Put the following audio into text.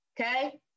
okay